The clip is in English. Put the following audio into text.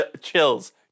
chills